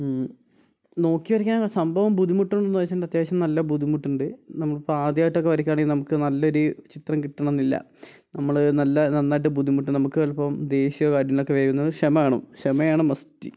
നോക്കി വരക്കാൻ സംഭവം ബുദ്ധിമുട്ടുണ്ടെന്ന് വെച്ചിട്ടുണ്ടെങ്കിൽ അത്യാവശ്യം നല്ല ബുദ്ധിമുട്ടുണ്ട് നമ്മളിപ്പോൾ ആദ്യമായിട്ടൊക്കെ വരയ്ക്കുകയാണെങ്കിൽ നമുക്ക് നല്ലൊരു ചിത്രം കിട്ടണമെന്നില്ല നമ്മൾ നല്ല നന്നായിട്ട് ബുദ്ധിമുട്ടും നമുക്ക് ചിലപ്പം ദേഷ്യവും കാര്യങ്ങളൊക്കെ വരും നമുക്ക് ക്ഷമ വേണം ക്ഷമയാണ് മസ്റ്റ്